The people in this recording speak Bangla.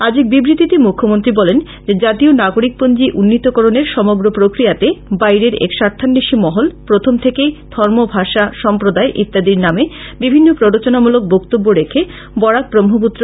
আজ এক বিবৃতিতে মূখ্যমন্ত্রী বলেন যে জাতীয় নাগরীকপঞ্জী উন্নীতকরনের সমগ্র প্রক্রিয়াতে বাইরের এক স্বার্থান্বেষী মহল প্রথশম থেকেই ধর্ম ভাষা সম্প্রদায় ইত্যাদির নামে বিভিন্ন প্রোরচনামূলক বক্তব্য রেখে বরাক ব্রহ্মপুত্র